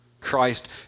Christ